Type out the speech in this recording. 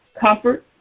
comfort